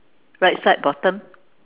right side bottom